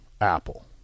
Apple